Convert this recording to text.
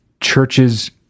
Churches